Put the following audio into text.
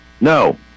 no